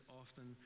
often